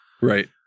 Right